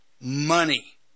Money